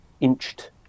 inched